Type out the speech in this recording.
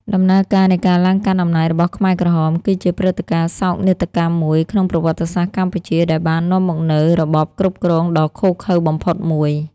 ដំណើរការនៃការឡើងកាន់អំណាចរបស់ខ្មែរក្រហមគឺជាព្រឹត្តិការណ៍សោកនាដកម្មមួយក្នុងប្រវត្តិសាស្ត្រកម្ពុជា ដែលបាននាំមកនូវរបបគ្រប់គ្រងដ៏ឃោរឃៅបំផុតមួយ។